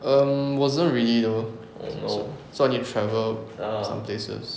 um wasn't really though so so so I need to travel some places